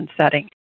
setting